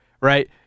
right